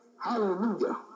Hallelujah